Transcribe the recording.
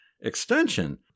extension